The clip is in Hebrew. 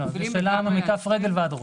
זה שלנו מכף רגל ועד ראש.